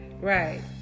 Right